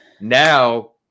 Now